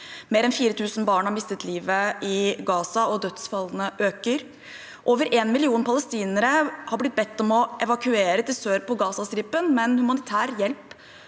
Mer enn 4 000 barn har mistet livet i Gaza, og dødsfallene øker. Over én million palestinere har blitt bedt om å evakuere til sør på Gazastripen, men humanitær hjelp